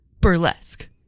Burlesque